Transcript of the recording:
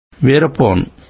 Whereupon